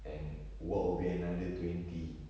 and what will be another twenty